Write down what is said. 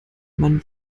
man